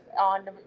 on